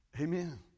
Amen